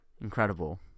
incredible